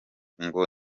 ngo